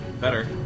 better